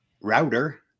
router